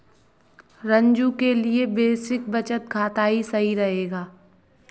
रंजू के लिए बेसिक बचत खाता ही सही रहेगा